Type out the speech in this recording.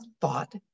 thought